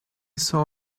saw